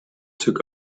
took